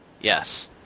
Yes